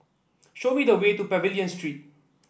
show me the way to Pavilion Street